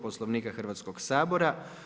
Poslovnika Hrvatskog sabora.